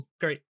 Great